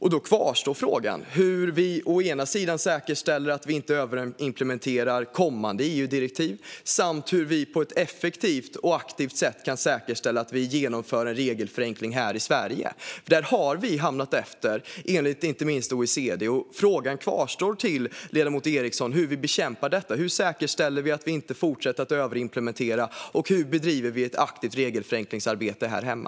Då kvarstår frågorna hur vi säkerställer att vi inte överimplementerar kommande EU-direktiv och hur vi på ett effektivt och aktivt sätt kan säkerställa att vi genomför en regelförenkling här i Sverige. Där har vi nämligen hamnat efter, inte minst enligt OECD. Frågan till ledamoten Eriksson kvarstår: Hur bekämpar vi detta? Hur säkerställer vi att vi inte fortsätter att överimplementera, och hur bedriver vi ett aktivt regelförenklingsarbete här hemma?